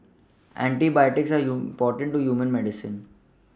antibiotics are important to human medicine